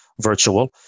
virtual